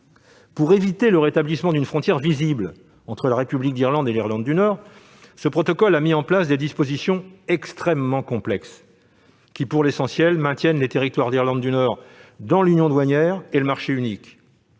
Pour éviter le rétablissement d'une frontière visible entre la République d'Irlande et l'Irlande du Nord, le protocole a mis en place des dispositions extrêmement complexes qui, pour l'essentiel, maintiennent le territoire d'Irlande du Nord dans l'union douanière et le marché unique,